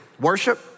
Worship